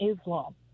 Islam